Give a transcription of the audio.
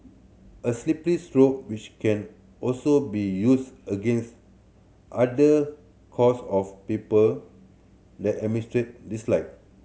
a slippery slope which can also be used against other cause of people the dislike